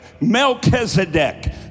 Melchizedek